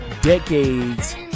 decades